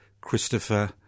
Christopher